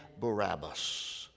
Barabbas